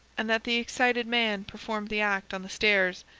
and that the excited man performed the act on the stairs.